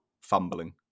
fumbling